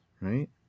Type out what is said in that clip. right